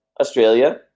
Australia